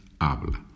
habla